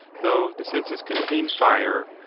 though the senses contain fire,